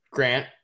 Grant